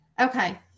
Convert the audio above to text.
Okay